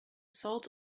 salt